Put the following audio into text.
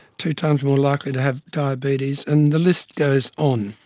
two times more likely to have diabetes, and the list goes on.